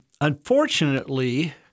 Unfortunately